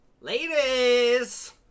Ladies